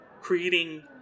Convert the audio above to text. creating